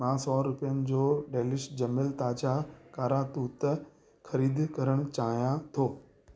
मां सौ रुपियनि जो डेलिश ॼमियल ताज़ा कारा तूत ख़रीद करणु चाहियां थो